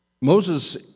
Moses